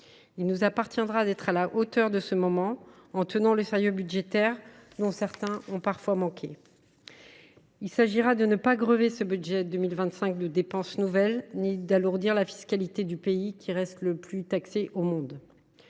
Il nous appartiendra d’être à la hauteur de ce moment, en tenant le sérieux budgétaire, dont certains ont parfois manqué. Il s’agira de ne pas grever ce budget pour 2025 de dépenses nouvelles et de ne pas alourdir la fiscalité de notre pays, qui reste le plus taxé au monde.